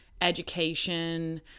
education